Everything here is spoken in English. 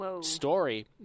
story